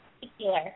particular